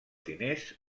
diners